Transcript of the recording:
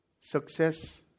Success